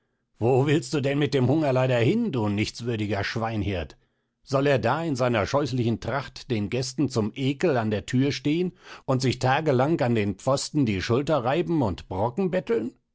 wo willst du denn mit dem hungerleider hin du nichtswürdiger schweinhirt soll er da in seiner scheußlichen tracht den gästen zum ekel an der thür stehen und sich tagelang an den pfosten die schulter reiben und brocken betteln